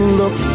look